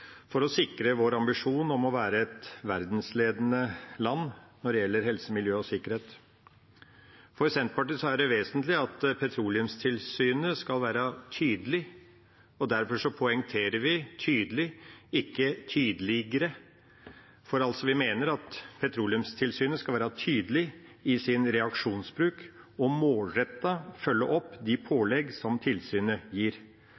for å sikre vår ambisjon om å være et verdensledende land når det gjelder helse, miljø og sikkerhet. For Senterpartiet er det vesentlig at Petroleumstilsynet skal være tydelig. Derfor poengterer vi «tydelig», ikke «tydeligere», for vi mener at Petroleumstilsynet skal være tydelig i sin reaksjonsbruk og målrettet følge opp de pålegg som tilsynet gir.